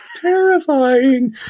terrifying